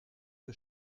que